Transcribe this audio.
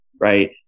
Right